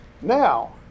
Now